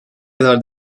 kadar